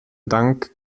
dank